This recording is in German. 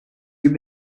gibt